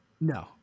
No